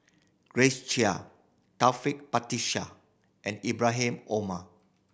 Grace Chia Taufik Batisah and Ibrahim Omar